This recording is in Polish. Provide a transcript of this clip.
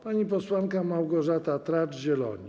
Pani posłanka Małgorzata Tracz, Zieloni.